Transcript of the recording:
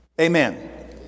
Amen